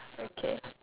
okay